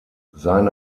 seine